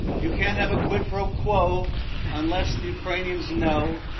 you can have a quid pro quo unless the ukrainians know,